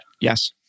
Yes